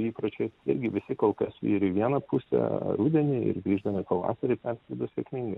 įpročiais irgi visi kol kas ir į vieną pusę rudenį ir grįždami pavasarį perskrido sėkmingai